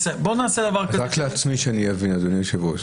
אדוני היושב-ראש,